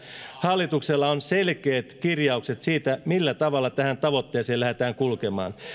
hallituksella on selkeät kirjaukset siitä millä tavalla tähän tavoitteeseen lähdetään kulkemaan